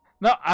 no